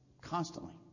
constantly